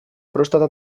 prostata